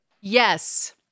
yes